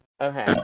Okay